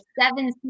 seven